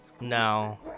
no